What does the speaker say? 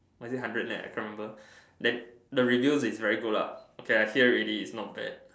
or is it one hundred net I can't remember then the radio is right good lah okay I hear ready is not bad